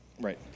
right